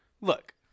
Look